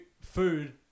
food